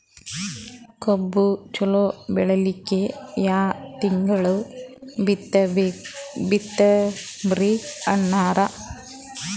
ಕಬ್ಬು ಚಲೋ ಬೆಳಿಲಿಕ್ಕಿ ಯಾ ತಿಂಗಳ ಬಿತ್ತಮ್ರೀ ಅಣ್ಣಾರ?